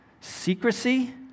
secrecy